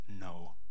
no